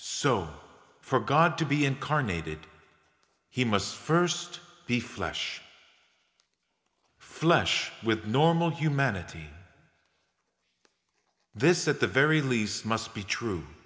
so for god to be incarnated he must st be flesh flesh with normal humanity this at the very least must be true